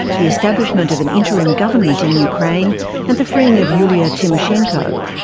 the establishment of an interim government in ukraine and the freeing of yulia tymoshenko.